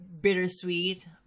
Bittersweet